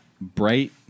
bright